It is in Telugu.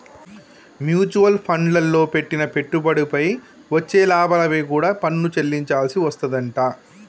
మ్యూచువల్ ఫండ్లల్లో పెట్టిన పెట్టుబడిపై వచ్చే లాభాలపై కూడా పన్ను చెల్లించాల్సి వస్తాదంట